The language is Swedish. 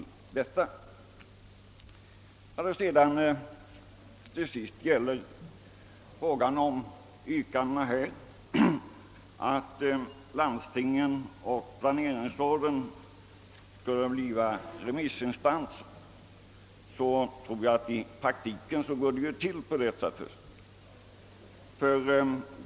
Vad till sist gäller yrkandena som framförts om att landstingen och planeringsråden skulle bli remissinstanser tror jag att så redan är fallet i praktiken.